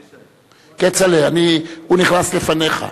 כצל'ה, הוא נכנס לפניך.